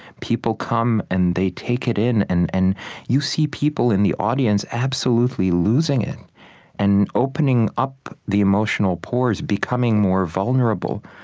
people come and they take it in. and and you see people in the audience absolutely losing it and opening up the emotional pores, becoming more vulnerable.